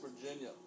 Virginia